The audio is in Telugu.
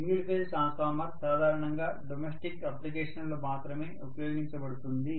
సింగిల్ ఫేజ్ ట్రాన్స్ఫార్మర్ సాధారణంగా డొమెస్టిక్ అప్లికేషన్స్ లో మాత్రమే ఉపయోగించబడుతుంది